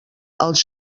els